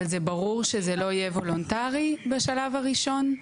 אבל זה ברור שזה לא יהיה וולונטרי בשלב הראשון?